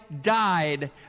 died